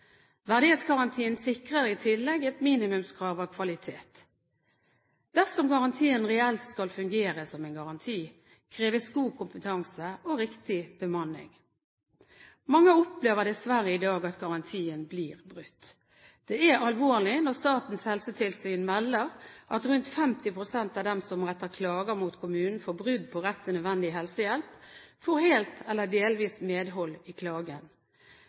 Verdighetsgarantien sikrer i tillegg et minimumskrav av kvalitet. Dersom garantien reelt skal fungere som en garanti, kreves god kompetanse og riktig bemanning. Mange opplever dessverre i dag at garantien blir brutt. Det er alvorlig når Statens helsetilsyn melder at rundt 50 pst. av dem som retter klager mot kommunen for brudd på rett til nødvendig helsehjelp, får helt eller delvis medhold i klagen.